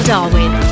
Darwin